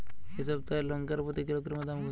এই সপ্তাহের লঙ্কার প্রতি কিলোগ্রামে দাম কত?